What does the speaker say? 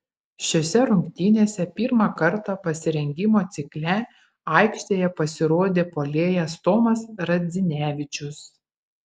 šiose rungtynėse pirmą kartą pasirengimo cikle aikštėje pasirodė puolėjas tomas radzinevičius